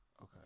Okay